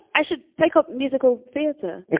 i should take a musical theater.